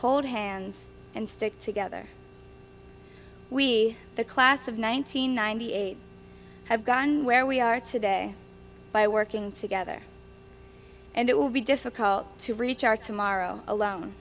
hold hands and stick together we the class of nineteen ninety eight have gotten where we are today by working together and it will be difficult to reach our tomorrow alone